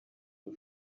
iyi